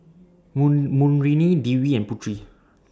Moon Murni Dwi and Putri